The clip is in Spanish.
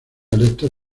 electos